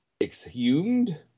Exhumed